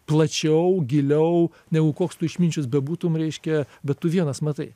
plačiau giliau negu koks tu išminčius bebūtum reiškia bet tu vienas matai